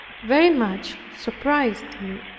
very much surprised me.